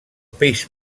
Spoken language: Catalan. pis